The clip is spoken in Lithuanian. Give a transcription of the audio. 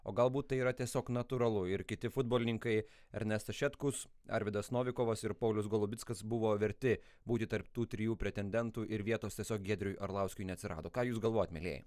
o galbūt tai yra tiesiog natūralu ir kiti futbolininkai ernestas šetkus arvydas novikovas ir paulius golubickas buvo verti būti tarp tų trijų pretendentų ir vietos tiesiog giedriui arlauskiui neatsirado ką jūs galvojat mielieji